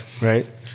right